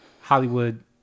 Hollywood